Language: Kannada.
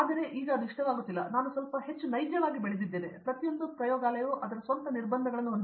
ಸರಿ ಈಗ ಅದು ಇಷ್ಟವಾಗುತ್ತಿಲ್ಲ ನಾನು ಸ್ವಲ್ಪ ಹೆಚ್ಚು ನೈಜವಾಗಿ ಬೆಳೆದಿದ್ದೇನೆ ಮತ್ತು ಪ್ರತಿಯೊಂದು ಪ್ರಯೋಗಾಲಯವೂ ಅದರ ಸ್ವಂತ ನಿರ್ಬಂಧಗಳನ್ನು ಹೊಂದಿದೆ